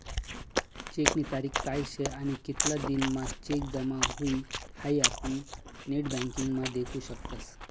चेकनी तारीख काय शे आणि कितला दिन म्हां चेक जमा हुई हाई आपुन नेटबँकिंग म्हा देखु शकतस